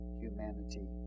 humanity